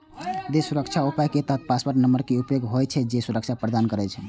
तें सुरक्षा उपाय के तहत पासवर्ड नंबर के उपयोग होइ छै, जे सुरक्षा प्रदान करै छै